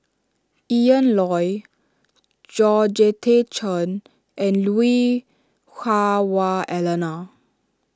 Ian Loy Georgette Chen and Lui Hah Wah Elena